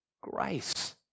grace